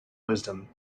wisdom